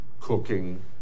cooking